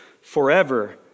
forever